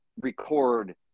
record